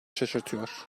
şaşırtıyor